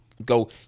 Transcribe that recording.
go